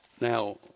Now